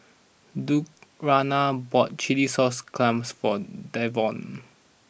Lurana bought Chilli Sauce Clams for Davon